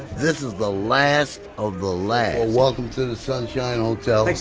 this is the last of the last. welcome to the sunshine hotel.